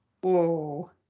Whoa